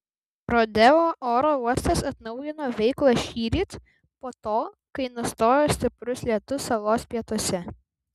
rodeo oro uostas atnaujino veiklą šįryt po to kai nustojo stiprus lietus salos pietuose